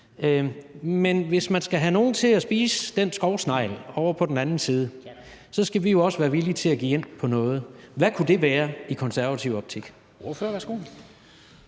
Men hvis man skal have nogen til at spise den skovsnegl ovre på den anden side, så skal vi også være villige til at give ind på noget. Hvad kunne det være i konservativ optik?